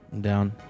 Down